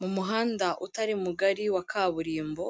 Mu muhanda utari mugari wa kaburimbo,